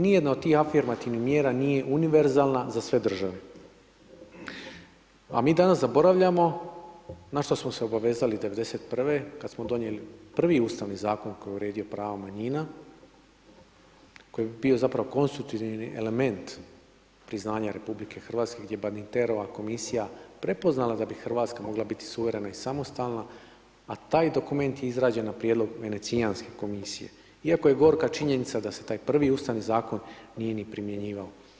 Nijedna od tih afirmativnih mjera nije univerzalna za sve države, a mi danas zaboravljamo na što smo se obvezali 91. kad smo donijeli prvi Ustavni zakon koji je uredio pravo manjina, koji bi bio zapravo konstruktivni element priznanja RH, gdje je Barningterova komisija prepoznala da bi RH mogla biti suverena i samostalna, a taj dokument je izrađen na prijedlog Venecijanske komisije iako je gorka činjenica da se taj prvi Ustavni zakon nije ni primjenjivao.